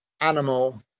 animal